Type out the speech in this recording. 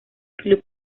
club